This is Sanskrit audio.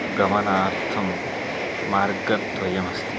गमनार्थं मार्गद्वयमस्ति